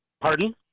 pardon